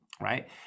right